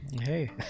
Hey